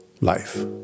life